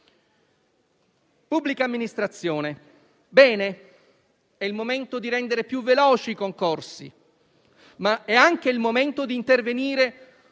pubblica amministrazione, è il momento di rendere più veloci i concorsi, ma è anche il momento di intervenire